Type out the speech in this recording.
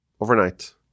Overnight